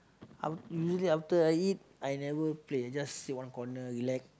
I usually after I eat I never Play I just sit one corner relax